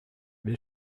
will